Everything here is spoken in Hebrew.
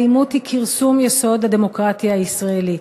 אלימות היא כרסום יסוד הדמוקרטיה הישראלית.